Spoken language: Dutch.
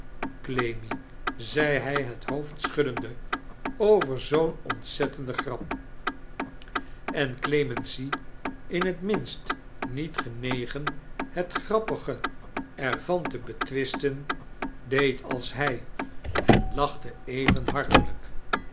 clemmy zei hij het hoofd schuddende over zoo'n ontzettende grap en clemency in het minst niet genegen het garappige er van te betwisten deed als hij en lachte even hartelijk